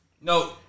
No